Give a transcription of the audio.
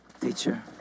teacher